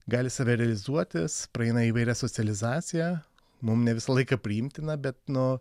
gali save realizuotis praeina įvairią socializaciją mum ne visą laiką priimtiną bet nu